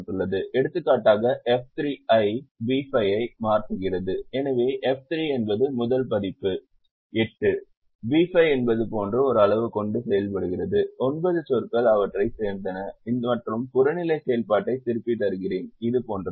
எடுத்துக்காட்டாக F3 ஐ B5 ஆக மாற்றுகிறது எனவே F3 என்பது முதல் மதிப்பு 8 B5 இது போன்ற ஒரு அளவு கொண்டு செல்லப்படுகிறது 9 சொற்கள் அவற்றைச் சேர்த்தன மற்றும் புறநிலை செயல்பாட்டை திருப்பித் தருகிறேன் இது போன்றது